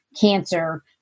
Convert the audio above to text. cancer